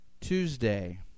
Tuesday